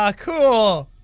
ah cool!